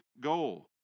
goal